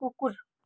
कुकुर